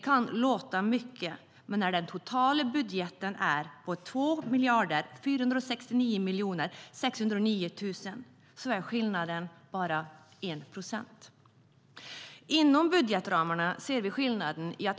Det kan låta mycket, men eftersom den totala budgeten är på 2 469 609 000 kronor är skillnaden bara 1 procent. Inom budgetramarna ser vi skillnaden.